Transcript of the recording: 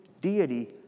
deity